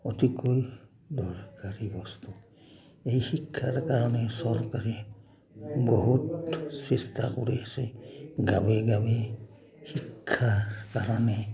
অতিকৈ দৰকাৰী বস্তু এই শিক্ষাৰ কাৰণে চৰকাৰে বহুত চেষ্টা কৰি আছে গাঁৱে গাঁৱে শিক্ষাৰ কাৰণে